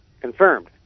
Confirmed